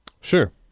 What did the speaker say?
Sure